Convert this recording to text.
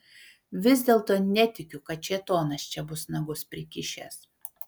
vis dėlto netikiu kad šėtonas čia bus nagus prikišęs